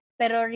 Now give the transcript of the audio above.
pero